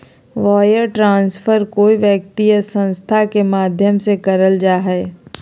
wire transfer कोय व्यक्ति या संस्था के माध्यम से करल जा हय